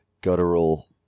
guttural